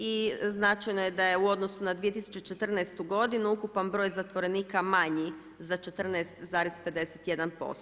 I značajno je da je u odnosu na 2014. godinu ukupan broj zatvorenika manji za 14,51%